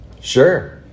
Sure